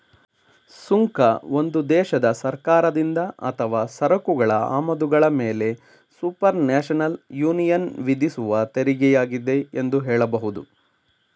ಸುಂಕ ಒಂದು ದೇಶದ ಸರ್ಕಾರದಿಂದ ಅಥವಾ ಸರಕುಗಳ ಆಮದುಗಳ ಮೇಲೆಸುಪರ್ನ್ಯಾಷನಲ್ ಯೂನಿಯನ್ವಿಧಿಸುವತೆರಿಗೆಯಾಗಿದೆ ಎಂದು ಹೇಳಬಹುದು